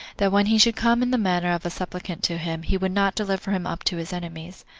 that when he should come in the manner of a supplicant to him, he would not deliver him up to his enemies.